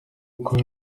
gukora